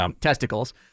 testicles